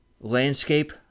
landscape